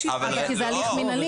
זה הליך מנהלי